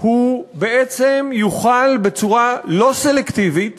הוא בעצם יוחל בצורה לא סלקטיבית